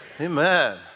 Amen